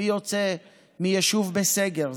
מי יוצא מיישוב בסגר,